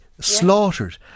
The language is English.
slaughtered